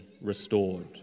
restored